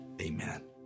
amen